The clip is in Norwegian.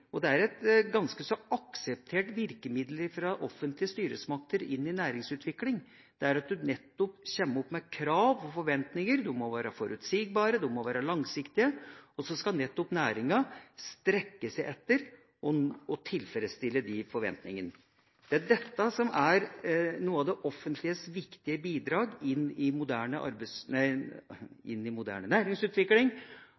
og det er et ganske akseptert virkemiddel fra offentlige styresmakter inn i næringsutvikling at man nettopp kommer med krav og forventninger. De må være forutsigbare, de må være langsiktige, og så skal nettopp næringa strekke seg etter å tilfredsstille de forventningene. Det er dette som er noe av det offentliges viktige bidrag inn i moderne